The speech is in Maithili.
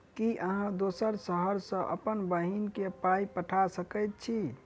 की अहाँ दोसर शहर सँ अप्पन बहिन केँ पाई पठा सकैत छी?